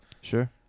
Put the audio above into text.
Sure